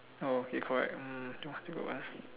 oh okay correct mm